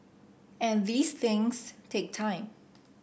and these things take time